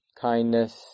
kindness